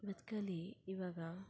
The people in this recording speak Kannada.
ಬದುಕಲ್ಲಿ ಇವಾಗ